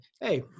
hey